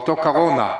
באותה קורונה.